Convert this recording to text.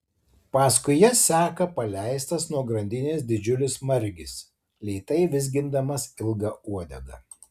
paskui jas seka paleistas nuo grandinės didžiulis margis lėtai vizgindamas ilgą uodegą